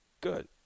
Good